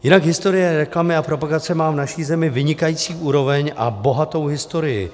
Jinak historie reklamy a propagace má v naší zemi vynikající úroveň a bohatou historii.